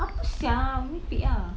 apa sia merepek ah